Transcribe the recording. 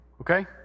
okay